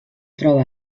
troba